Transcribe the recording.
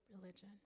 religion